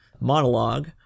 monologue